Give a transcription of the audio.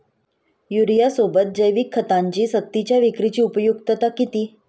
युरियासोबत जैविक खतांची सक्तीच्या विक्रीची उपयुक्तता किती?